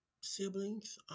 siblings